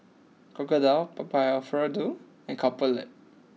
Crocodile Papa Alfredo and Couple Lab